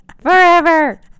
forever